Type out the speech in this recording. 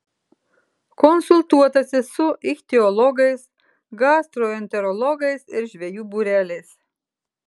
konsultuotasi su ichtiologais gastroenterologais ir žvejų būreliais